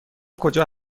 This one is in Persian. کجا